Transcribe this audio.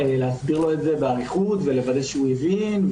להסביר לו את זה באריכות ולוודא שהוא הבין,